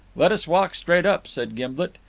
let us walk straight up, said gimblet.